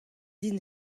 din